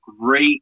great